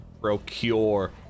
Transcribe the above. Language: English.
procure